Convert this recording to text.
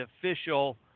official